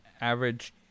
average